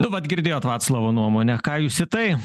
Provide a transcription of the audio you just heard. nu vat girdėjot vaclovo nuomonę ką jūs į tai